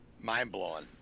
Mind-blowing